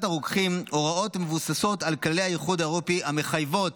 הרוקחים הוראות המבוססות על כללי האיחוד האירופי המחייבות